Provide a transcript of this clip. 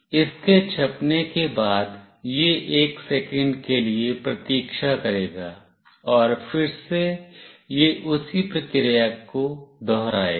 इसके छपने के बाद यह 1 सेकंड के लिए प्रतीक्षा करेगा और फिर से यह उसी प्रक्रिया को दोहराएगा